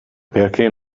perché